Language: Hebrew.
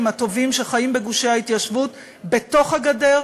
הטובים שחיים בגושי ההתיישבות בתוך הגדר,